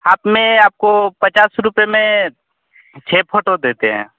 half में आपको पचास रुपये में छः फ़ोटो देते हैं